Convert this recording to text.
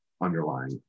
underlying